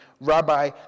Rabbi